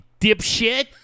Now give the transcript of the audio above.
dipshit